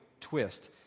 twist